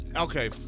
Okay